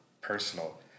personal